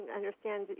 understand